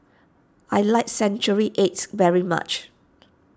I like Century Eggs very much